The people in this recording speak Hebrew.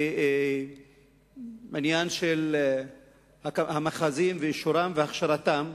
ועניין המאחזים, ואישורם, והכשרתם,